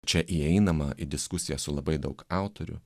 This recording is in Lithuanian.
čia įeinama į diskusiją su labai daug autorių